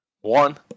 one